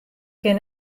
kin